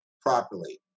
properly